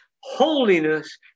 holiness